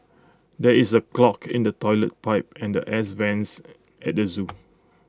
there is A clog in the Toilet Pipe and airs vents at the Zoo